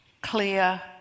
clear